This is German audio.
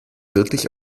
wirklich